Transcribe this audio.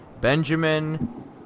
Benjamin